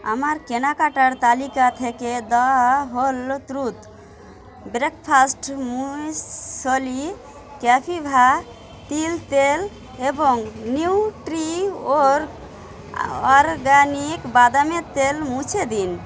আমার কেনাকাটার তালিকা থেকে the whole truth breakfast muesli Kapiva তিল তেল এবং নিউট্রিওর্গ অরগ্যানিক বাদামের তেল মুছে দিন